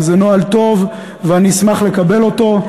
זה נוהל טוב ואשמח לקבל אותו.